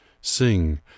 Sing